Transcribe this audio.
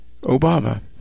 Obama